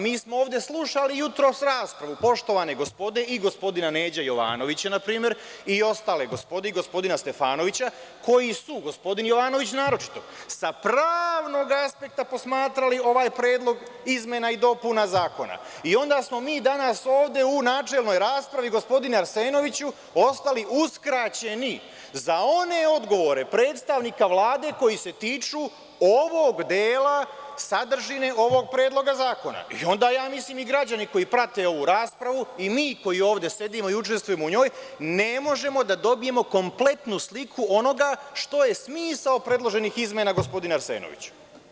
Mi smo ovde slušali jutros raspravu poštovane gospode i gospodina Neđe Jovanovića, na primer, i ostale gospode i gospodina Stefanovića, koji su, gospodin Jovanović naročito, sa pravnog aspekta posmatrali ovaj Predlog izmena i dopuna zakona i onda smo mi danas ovde u načelnoj raspravi, gospodine Arsenoviću, ostali uskraćeni za one odgovore predstavnika Vlade, koji se tiču ovog dela sadržine ovog predloga zakona i onda ja mislim i građani koji prate ovu raspravu i mi koji ovde sedimo i učestvujemo u njoj ne možemo da dobijemo kompletnu sliku onoga što je smisao predloženih izmena, gospodine Arsenoviću.